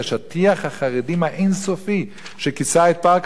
החרדים האין-סופי שכיסה את פארק הירקון.